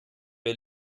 wir